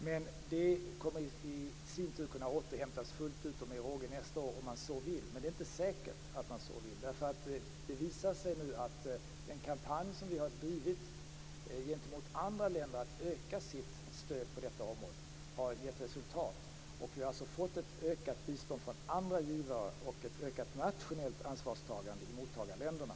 Men det kommer i sin tur att kunna återhämtas med råge nästa år om man så vill, men det är inte säkert att man så vill. Det visar sig nu att den kampanj som vi har drivit gentemot andra länder att öka sitt stöd på detta område har gett resultat. Vi har alltså fått ett ökat bistånd från andra givare och ett ökat nationellt ansvarstagande i mottagarländerna.